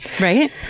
Right